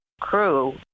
crew